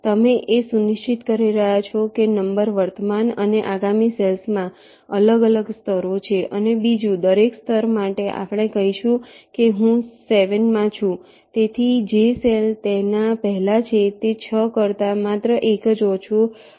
તમે એ સુનિશ્ચિત કરી રહ્યા છો કે નંબર વર્તમાન અને આગામી સેલ્સ માં અલગ અલગ સ્તરો છે અને બીજું દરેક સ્તર માટે આપણે કહીએ કે હું 7 માં છું તેથી જે સેલ તેના પહેલા છે તે 6 કરતા માત્ર એક જ ઓછો હશે